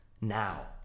now